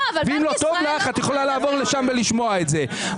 ואם לא טוב לך, את יכולה לעבור לשם ולשמוע את זה.